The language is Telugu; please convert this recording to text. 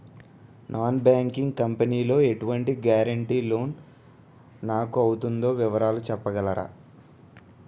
నాన్ బ్యాంకింగ్ కంపెనీ లో ఎటువంటి గారంటే లోన్ నాకు అవుతుందో వివరాలు చెప్పగలరా?